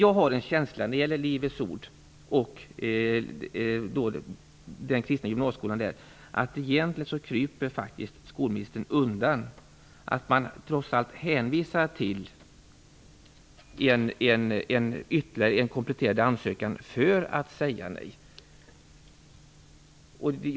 Jag har en känsla av att skolministern kryper undan när det gäller Livets Ords kristna gymnasieskola, att man trots allt hänvisar till ytterligare en kompletterande ansökan för att säga nej.